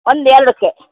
ಒಂದು ಎರಡಕ್ಕೆ